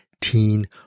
teen